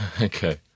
Okay